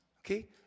Okay